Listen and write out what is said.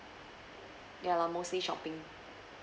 ya lah mostly shopping